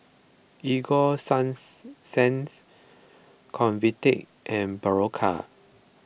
Ego Convatec and Berocca